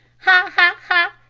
ha, ha, ha,